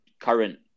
current